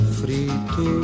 frito